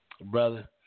Brother